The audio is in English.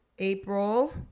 April